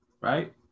right